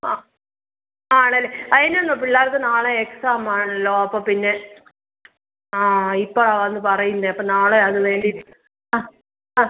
ആ ആണല്ലേ അതിനെന്താണ് പിള്ളാർക്ക് നാളെ എക്സാമാണല്ലോ അപ്പോൾ പിന്നെ ആ ഇപ്പളാ വന്ന് പറയുന്നത് അപ്പം നാളെ അത് വേണ്ടിയിട്ട് ആ ആ